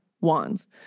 wands